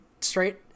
straight